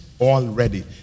Already